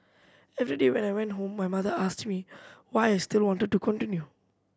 every day when I went home my mother asked me why I still wanted to continue